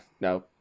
no